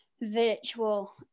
virtual